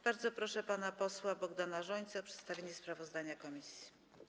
Bardzo proszę pana posła Bogdana Rzońcę o przedstawienie sprawozdania komisji.